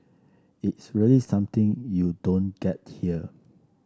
it's really something you don't get here